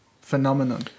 phenomenon